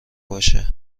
باشه